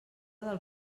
del